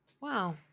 Wow